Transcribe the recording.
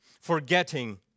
Forgetting